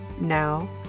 Now